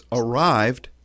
arrived